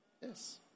Yes